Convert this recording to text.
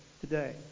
today